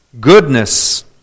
goodness